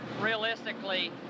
realistically